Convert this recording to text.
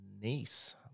niece